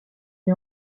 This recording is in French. est